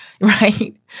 Right